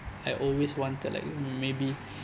I always wanted like maybe